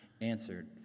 answered